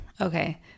Okay